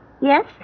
Yes